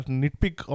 nitpick